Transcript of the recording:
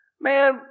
Man